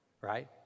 right